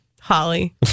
Holly